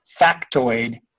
factoid